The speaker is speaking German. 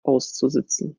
auszusitzen